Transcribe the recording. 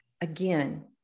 again